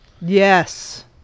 Yes